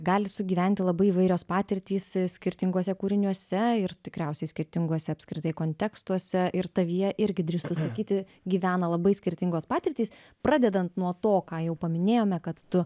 gali sugyventi labai įvairios patirtys skirtinguose kūriniuose ir tikriausiai skirtinguose apskritai kontekstuose ir tavyje irgi drįstu sakyti gyvena labai skirtingos patirtys pradedant nuo to ką jau paminėjome kad tu